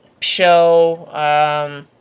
show